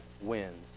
wins